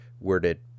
worded